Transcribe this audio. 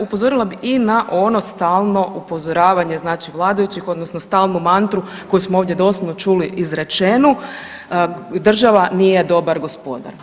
Upozorila bi i na ono stalno upozoravanje vladajućih odnosno stalnu mantru koju smo ovdje doslovno čuli izrečenu, država nije dobar gospodar.